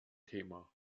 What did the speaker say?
thema